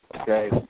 okay